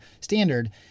standard